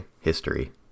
history